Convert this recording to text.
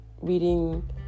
reading